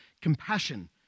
compassion